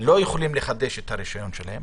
לא יכולים לחדש את הרישיון שלהם,